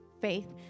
faith